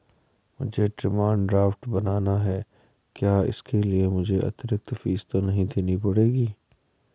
मुझे demand draft बनाना है क्या इसके लिए मुझे अतिरिक्त फीस तो नहीं देनी पड़ेगी?